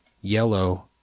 yellow